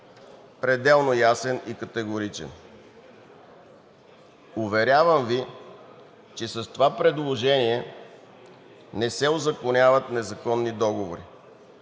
пределно ясен и категоричен. Уверявам Ви, че с това предложение не се узаконяват незаконни договори.